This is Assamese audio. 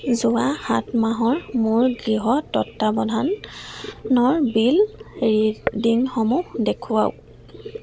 যোৱা সাত মাহৰ মোৰ গৃহ তত্বাৱধানৰ বিল ৰিডিংসমূহ দেখুৱাওক